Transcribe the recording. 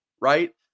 right